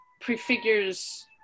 prefigures